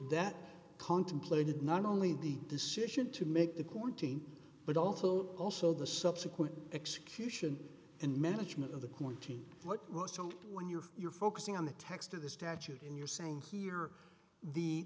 that contemplated not only the decision to make the quarantine but also also the subsequent execution and management of the quantity what was so when you're you're focusing on the text of the statute in your saying here the